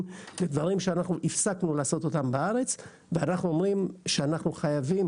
לדברים שהפסקנו לעשות אותם בארץ ואנחנו אומרים שאנחנו חייבים